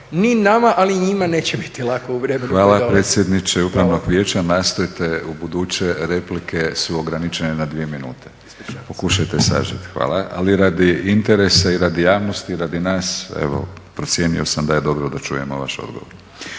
ni nama ali ni njima neće biti lako. **Batinić, Milorad (HNS)** Hvala predsjedniče upravnog vijeća. Nastojte ubuduće replike ograničiti na dvije minute. Pokušajte sažeti. Ali radi interesa i radi javnosti i radi nas evo procijenio sam da je dobro da čujemo vaš odgovor.